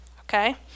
Okay